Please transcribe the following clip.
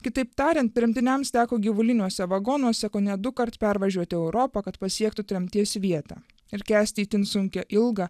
kitaip tariant tremtiniams teko gyvuliniuose vagonuose kone dukart pervažiuoti europą kad pasiektų tremties vietą ir kęsti itin sunkią ilgą